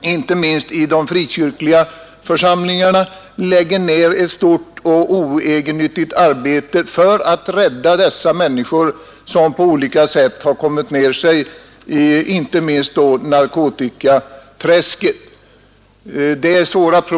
inte minst i de frikyrkliga församlingarna, lägger ned ett stort och oegennyttigt arbete för att rädda de människor som på olika sätt har gått ner sig, inte minst i narkotikaträsket.